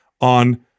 on